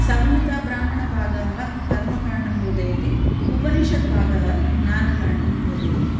संहिताब्राहमणभागः कर्मकाण्डं बोधयति उपनिषद् भागः ज्ञानकाण्डं बोधयति